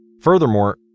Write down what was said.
Furthermore